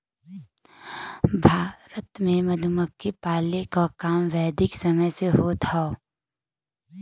भारत में मधुमक्खी पाले क काम वैदिक समय से होत हौ